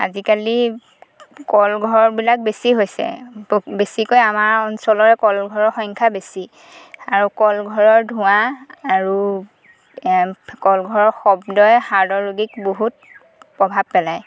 আজিকালি কলঘৰবিলাক বেছি হৈছে বেছিকৈ আমাৰ অঞ্চলৰে কলঘৰৰ সংখ্যা বেছি আৰু কলঘৰৰ ধোঁৱা আৰু কলঘৰৰ শব্দই হাৰ্টৰ ৰোগীক বহুত প্ৰভাৱ পেলায়